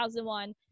2001